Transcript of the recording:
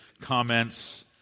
comments